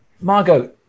Margot